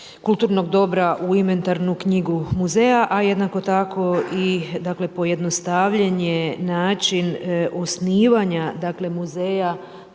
kulturnog dobra u inventarnu knjigu muzeja a jednako tako i pojednostavljen je način osnivanja muzeja